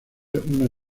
una